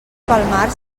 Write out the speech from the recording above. palmar